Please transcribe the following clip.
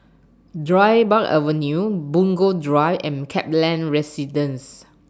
Dryburgh Avenue Punggol Drive and Kaplan Residence